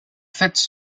fait